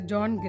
John